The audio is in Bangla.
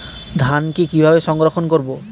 ধানকে কিভাবে সংরক্ষণ করব?